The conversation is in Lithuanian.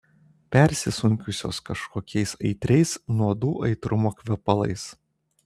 persisunkusios kažkokiais aitriais nuodų aitrumo kvepalais